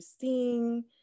seeing